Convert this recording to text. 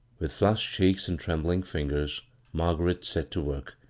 with flushed cheeks and trembling fingers margaret set to work,